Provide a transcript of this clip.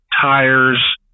tires